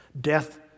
Death